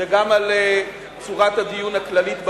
וגם על צורת הדיון הכללית בוועדה.